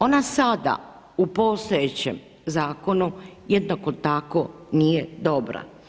Ona sada u postojećem zakonu jednako tako nije dobra.